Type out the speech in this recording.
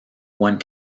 one